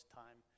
time